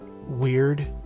weird